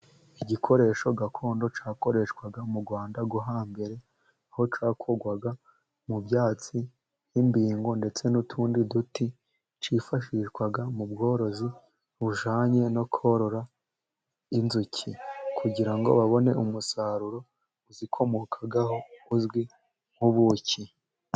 Igikoresho gakondo cyakoreshwaga mu rwanda hambere, aho cyakorwagwaga mu byatsi n'imbingo ndetse n'utundi duti, cyifashishwaga mu bworozi bujyanye no korora inzuki, kugira ngo babone umusaruro uzikomokagaho, uzwi nk'ubuki.